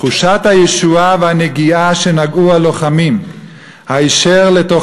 "תחושת הישועה והנגיעה שנגעו הלוחמים היישר לתוך